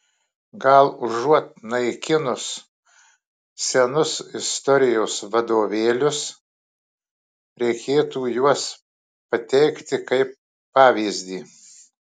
gal užuot naikinus senus istorijos vadovėlius reikėtų juos pateikti kaip pavyzdį